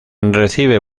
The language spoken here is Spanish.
recibe